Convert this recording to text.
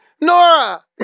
Nora